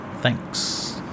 Thanks